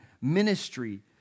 ministry